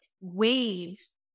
waves